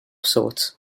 sorts